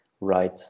right